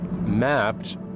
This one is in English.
mapped